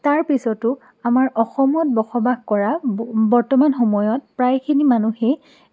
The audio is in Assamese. তাৰপিছতো আমাৰ অসমত বসবাস কৰা বৰ্তমান সময়ত প্ৰায়খিনি মানুহেই